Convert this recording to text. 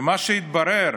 ומה שהתברר